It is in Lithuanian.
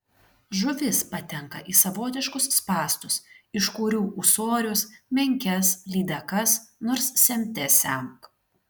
žuvys patenka į savotiškus spąstus iš kurių ūsorius menkes lydekas nors semte semk